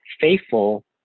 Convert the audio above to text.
Faithful